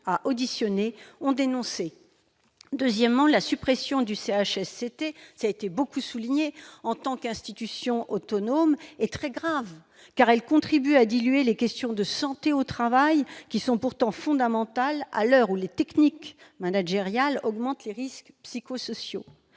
notre groupe ont dénoncé. Ensuite, la suppression du CHSCT en tant qu'institution autonome est très grave, car elle contribue à diluer les questions de santé au travail, qui sont pourtant fondamentales à l'heure où les techniques managériales augmentent les risques psychosociaux.